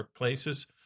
workplaces